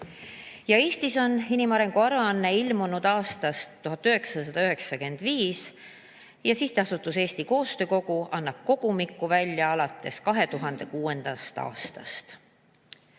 Eestis on inimarengu aruanne ilmunud aastast 1995 ja Sihtasutus Eesti Koostöö Kogu annab kogumikku välja alates 2006.